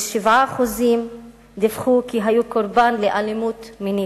ו-7% דיווחו כי היו קורבן לאלימות מינית,